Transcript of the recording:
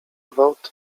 gwałt